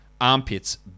armpits